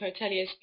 hoteliers